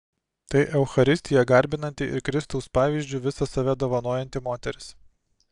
tai eucharistiją garbinanti ir kristaus pavyzdžiu visą save dovanojanti moteris